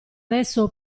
adesso